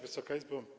Wysoka Izbo!